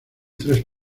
tres